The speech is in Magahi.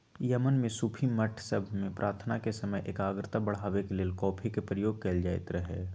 यमन में सूफी मठ सभ में प्रार्थना के समय एकाग्रता बढ़ाबे के लेल कॉफी के प्रयोग कएल जाइत रहै